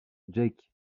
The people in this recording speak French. jake